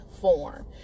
form